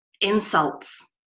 insults